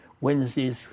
Wednesday's